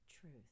truth